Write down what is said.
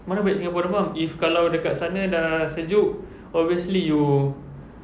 mana balik singapore demam if kalau dekat sana dah sejuk obviously you